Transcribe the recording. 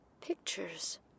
Pictures